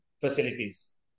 facilities